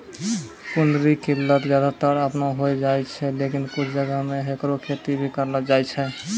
कुनरी के लत ज्यादातर आपनै होय जाय छै, लेकिन कुछ जगह मॅ हैकरो खेती भी करलो जाय छै